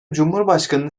cumhurbaşkanını